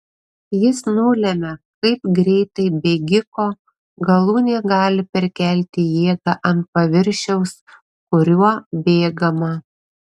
jis nulemia kaip greitai bėgiko galūnė gali perkelti jėgą ant paviršiaus kuriuo bėgama